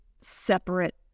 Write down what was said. separate